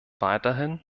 weiterhin